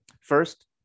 First